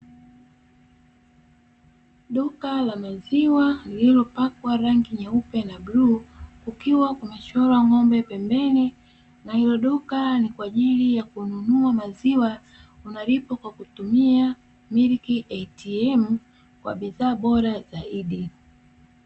Duka la maziwa lililopakwa rangi nyeupe na bluu, kukiwa kumechorwa ng'ombe pembeni, na hilo duka ni kwa ajili ya kununua maziwa, na malipo kwa kutumia "milk ATM", Kwa bidhaa bora za zaidi.